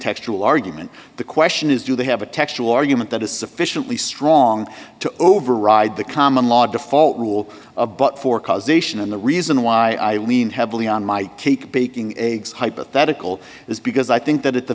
textual argument the question is do they have a textual argument that is sufficiently strong to override the common law default rule of but for causation and the reason why lean heavily on my cake baking eggs hypothetical is because i think that at the